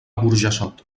burjassot